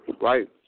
right